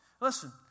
Listen